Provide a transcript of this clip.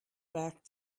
back